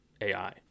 AI